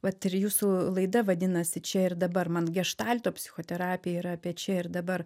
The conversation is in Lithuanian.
vat ir jūsų laida vadinasi čia ir dabar man geštalto psichoterapija yra apie čia ir dabar